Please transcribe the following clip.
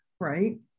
right